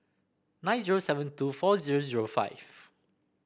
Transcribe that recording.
nine zero seven two four zero zero five